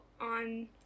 on